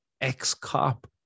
Ex-cop